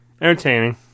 Entertaining